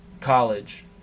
college